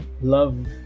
love